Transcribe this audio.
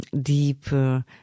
Deeper